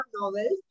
novels